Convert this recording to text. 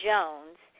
Jones